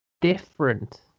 different